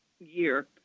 year